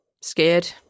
Scared